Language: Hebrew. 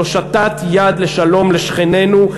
היא הושטת יד לשלום לשכנינו,